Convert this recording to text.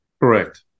Correct